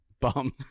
Bum